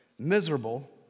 miserable